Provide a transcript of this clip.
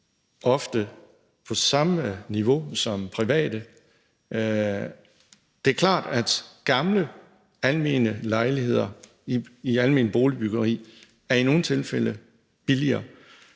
ofte på samme niveau som private. Det er klart, at gamle almene lejligheder i alment boligbyggeri i nogle tilfælde er billigere,